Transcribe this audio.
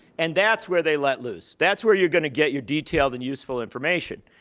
and that's where they let loose. that's where you're going to get your detailed and useful information.